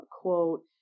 quote